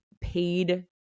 paid